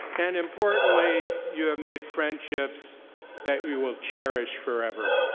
and importantly, you have made friendships that you will cherish forever.